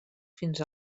fins